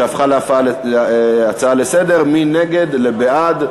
שהפכה להצעה לסדר-היום, מנגד לבעד.